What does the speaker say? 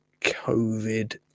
COVID